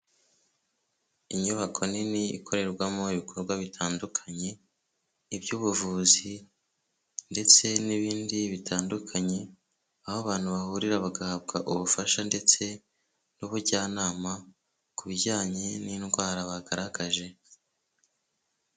Inyubako nini ikorerwamo ibikorwa bitandukanye iby'ubuvuzi ndetse n'ibindi bitandukanye aho abantu bahurira bagahabwa ubufasha ndetse n'ubujyanama ku bijyanye n'indwara bagaragaje.